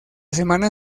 semana